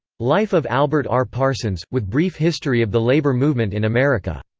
life of albert r. parsons with brief history of the labor movement in america.